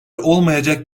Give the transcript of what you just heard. olmayacak